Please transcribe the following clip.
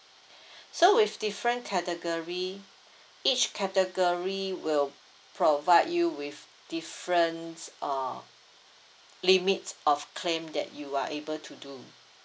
so with different category each category will provide you with different uh limits of claim that you are able to do